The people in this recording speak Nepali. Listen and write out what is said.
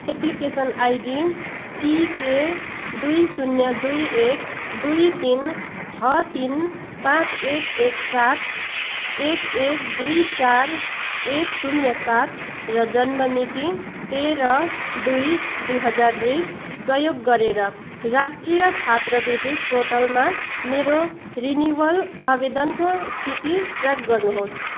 एप्लिकेसन आइडी टिके दुई शून्य दुई एक दुई तिन छ तिन पाँच एक एक सात एक एक दुई चार एक शून्य सात र जन्म मिति तेह्र दुई दुई हजार बिस प्रयोग गरेर राष्ट्रिय छात्रवृत्ति पोर्टलमा मेरो रिनिवल आवेदनको स्थिति ट्र्याक गर्नुहोस्